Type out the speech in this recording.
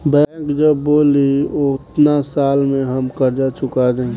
bank जब बोली ओतना साल में हम कर्जा चूका देम